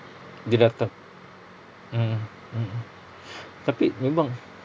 dia datang mmhmm mmhmm tapi memang